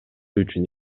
үчүн